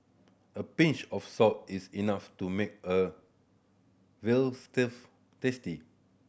a pinch of salt is enough to make a veal tasty